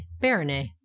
baronet